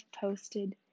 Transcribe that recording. posted